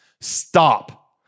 Stop